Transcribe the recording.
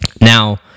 Now